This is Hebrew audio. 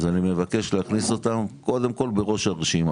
אני מבקש להכניס אותם בראש הראשונה.